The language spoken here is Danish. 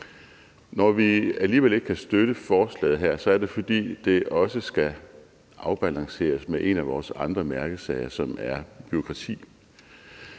Når vi alligevel ikke kan støtte forslaget her, er det, fordi det også skal afbalanceres med en af vores andre mærkesager, som er bureaukrati.